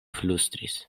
flustris